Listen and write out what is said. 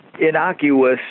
innocuous